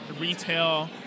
retail